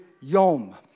yom